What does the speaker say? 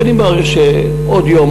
שאני מעריך שעוד יום,